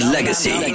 Legacy